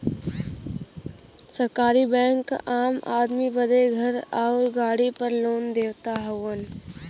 सरकारी बैंक आम आदमी बदे घर आउर गाड़ी पर लोन देवत हउवन